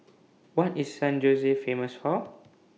What IS San Jose Famous For